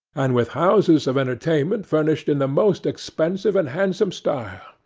and with houses of entertainment furnished in the most expensive and handsome style.